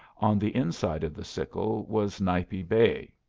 on the inside of the sickle was nipe bay.